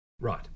Right